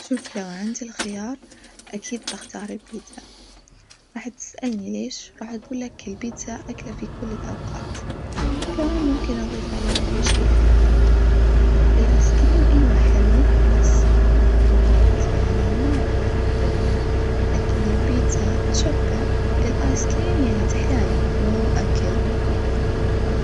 شوف لو عندي الخيار أكيد بختار البيتزا راح تسألني ليش راح أجولك البيتزا أكلة في كل الأوقات وكمان ممكن أظيف عليها أي شيء أحبه، الآيس كريم أيوة حلو بس مو لكل وجت يعني ما راح يشبعني لكن البيتزا بتشبع، الآيس كريم يعني تحلاية مو أكل.